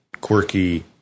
quirky